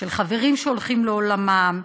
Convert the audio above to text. של חברים שהולכים לעולמם,